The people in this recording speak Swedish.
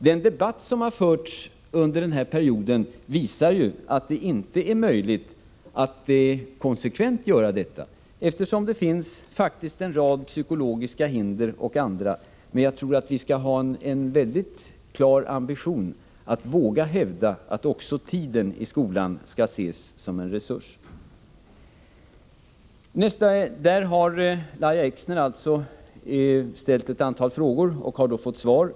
Den debatt som har förts under denna period visar att det inte är möjligt att konsekvent göra det som vi här förespråkar, eftersom det faktiskt finns en rad psykologiska och andra hinder. Men vi skall ha en mycket klar ambition att våga hävda att också tiden i skolan skall ses som en resurs. Lahja Exner hade ställt ett antal frågor, som hon nu har fått svar på.